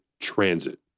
Transit